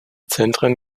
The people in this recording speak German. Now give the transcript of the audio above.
zentren